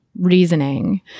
reasoning